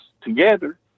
together